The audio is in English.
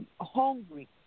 hungry